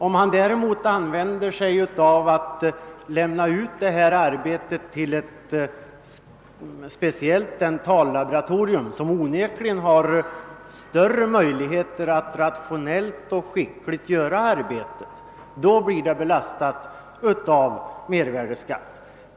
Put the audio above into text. Om tandläkaren däremot lämnar ut detta arbete till ett speciellt dentallaboratorium, som onekligen har större möjligheter att rationellt och skickligt göra arbetet, måste mervärdeskatt erläggas.